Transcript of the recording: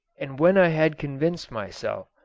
and when i had convinced myself,